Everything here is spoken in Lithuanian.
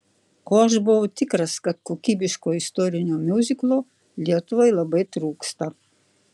o aš buvau tikras kad kokybiško istorinio miuziklo lietuvai labai trūksta